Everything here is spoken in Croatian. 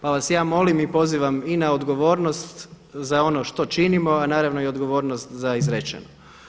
Pa vas ja molim i pozivam i na odgovornost za ono što činimo, a naravno i odgovornost za izrečeno.